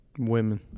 women